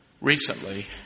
Recently